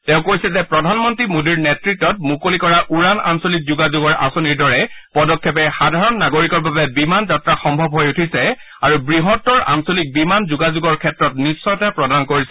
তেওঁ কৈছে যে প্ৰধানমন্ত্ৰী মোদীৰ নেতৃতত মুকলি কৰা উড়ান আঞ্চলিক যোগাযোগৰ আঁচনিৰ দৰে পদক্ষেপে সাধাৰণ নাগৰিকৰ বাবে বিমান যাত্ৰা সম্ভৱ হৈ উঠিছে আৰু বৃহত্তৰ আঞ্চলিক বিমান যোগাযোগৰ ক্ষেত্ৰত নিশ্চয়তা প্ৰদান কৰিছে